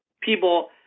People